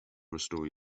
restore